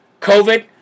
COVID